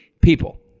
People